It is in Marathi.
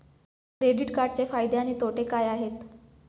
क्रेडिट कार्डचे फायदे आणि तोटे काय आहेत?